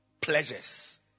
Pleasures